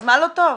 אז מה לא טוב?